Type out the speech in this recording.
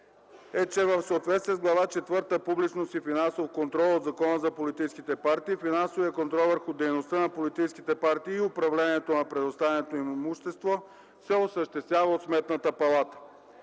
е, че в съответствие с Глава четвърта „Публичност и финансов контрол” от Закона за политическите партии, финансовият контрол върху дейността на политическите партии и управлението на предоставеното им имущество се осъществява от Сметната палата.